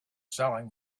selling